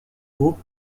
groupe